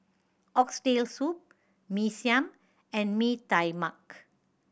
Oxtail Soup Mee Siam and Mee Tai Mak